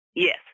Yes